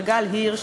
של גל הירש,